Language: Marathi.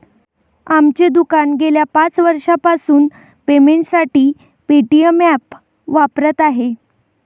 आमचे दुकान गेल्या पाच वर्षांपासून पेमेंटसाठी पेटीएम ॲप वापरत आहे